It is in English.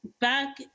back